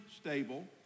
stable